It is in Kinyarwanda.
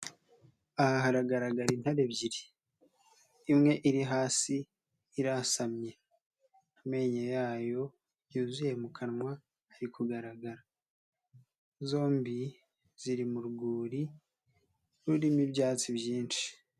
Aha haragaragara intare ebyiri, imwe iri hasi irasamye amenyo yayo yuzuye mu kanwa ari kugaragara, zombi ziri mu rwuri rurimo ibyatsi byinshi.